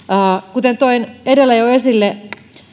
kuten toin edellä jo esille